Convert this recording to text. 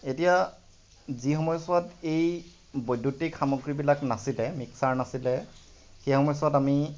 এতিয়া যি সময়ছোৱাত এই বৈদ্য়ুতিক সামগ্ৰীবিলাক নাছিলে মিক্সাৰ নাছিলে সেই সময়ছোৱাত আমি